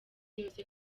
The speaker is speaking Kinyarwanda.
yose